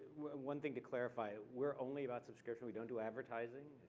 one thing to clarify, we're only about subscription. we don't do advertising.